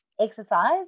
exercise